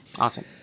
Awesome